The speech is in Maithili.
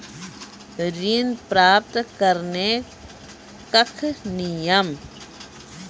ऋण प्राप्त करने कख नियम?